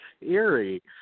eerie